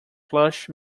plush